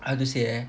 how to say eh